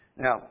Now